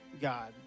God